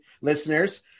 listeners